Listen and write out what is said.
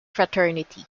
fraternity